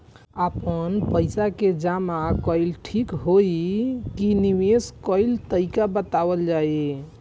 आपन पइसा के जमा कइल ठीक होई की निवेस कइल तइका बतावल जाई?